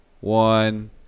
one